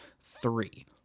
three